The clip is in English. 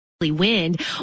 Wind